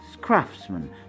craftsmen